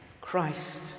Christ